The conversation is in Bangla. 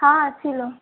হ্যাঁ ছিলো